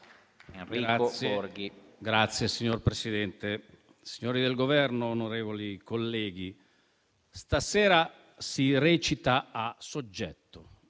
Signor Presidente, signori del Governo, onorevoli colleghi, «Questa sera si recita a soggetto»